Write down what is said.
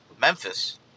Memphis